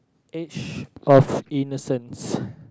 age of innocence